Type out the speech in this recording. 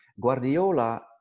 Guardiola